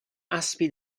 اسبی